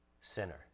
sinner